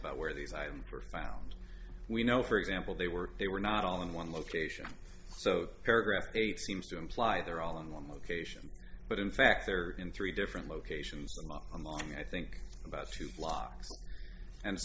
about where these items were found we know for example they were they were not all in one location so paragraph they seems to imply they're all in one location but in fact they're in three different locations along i think about two blocks and